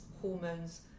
hormones